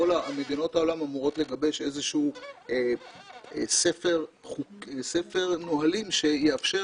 מדינות העולם אמורות לגבש איזשהו ספר נהלים שיאפשר